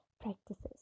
practices